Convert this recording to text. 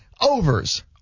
overs